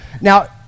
Now